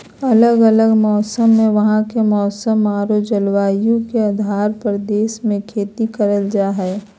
अलग अलग देश मे वहां के मौसम आरो जलवायु के आधार पर देश मे खेती करल जा हय